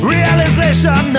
Realization